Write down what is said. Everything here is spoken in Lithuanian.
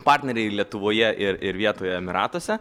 partneriai lietuvoje ir ir vietoje emiratuose